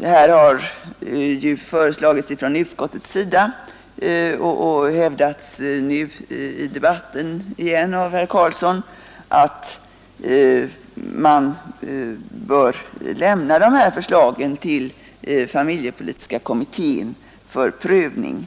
Här har ju föreslagits från utskottets sida och hävdats nu i debatten igen av herr Karlsson i Huskvarna att man bör lämna dessa förslag till familjepolitiska kommittén för prövning.